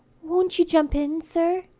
won't you jump in, sir?